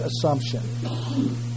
assumption